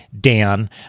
Dan